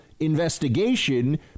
investigation